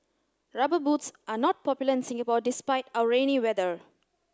rubber boots are not popular in Singapore despite our rainy weather